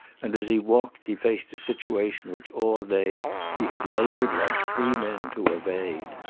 and as he walked he faced a situation which all day he had labored like three men to evade.